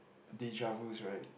deja-vus right